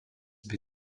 bei